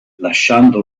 lasciando